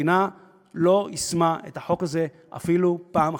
שהמדינה לא יישמה את החוק הזה אפילו פעם אחת,